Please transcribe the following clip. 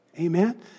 Amen